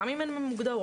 גם אם הן לא מגדרות,